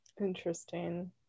Interesting